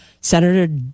Senator